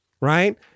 right